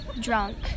drunk